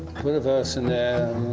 put a verse in there.